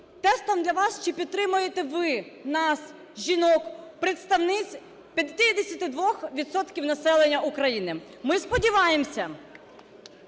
тестом для вас, чи підтримаєте ви нас, жінок-представниць 52 відсотків населення України. Ми сподіваємося,